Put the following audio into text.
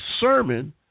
sermon